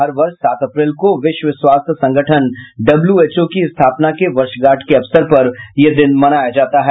हर वर्ष सात अप्रैल को विश्व स्वास्थ्य संगठन डब्ल्यूएचओ की स्थापना की वर्षगांठ के अवसर पर ये दिन मनाया जाता है